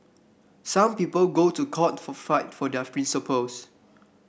some people go to court for fight for their principles